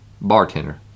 bartender